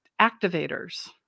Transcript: activators